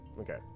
Okay